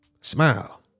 smile